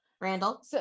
Randall